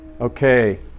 Okay